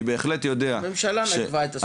אני בהחלט יודע --- הממשלה נקבה את הסכום,